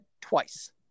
twice